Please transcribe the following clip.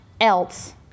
else